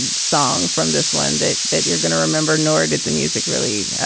and song from this one that that you're going to remember nor did the music really